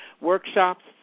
workshops